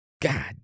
God